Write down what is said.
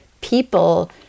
people